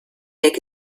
make